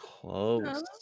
Close